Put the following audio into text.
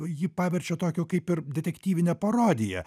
jį paverčia tokiu kaip ir detektyvine parodija